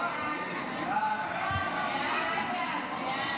ההצעה להעביר את הצעת